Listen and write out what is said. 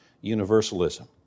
universalism